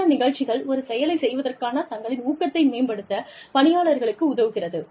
சில நிகழ்ச்சிகள் ஒரு செயலை செய்வதற்கான தங்களின் ஊக்கத்தை மேம்படுத்த பணியாளர்களுக்கு உதவுகிறது